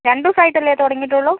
രണ്ട് ദിവസമായിട്ടല്ലേ തുടങ്ങിയിട്ടുള്ളൂ